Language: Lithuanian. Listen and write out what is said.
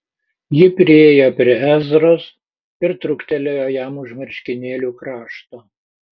ji priėjo prie ezros ir truktelėjo jam už marškinėlių krašto